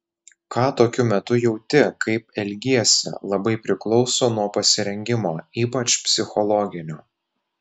ką tokiu metu jauti kaip elgiesi labai priklauso nuo pasirengimo ypač psichologinio